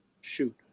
Shoot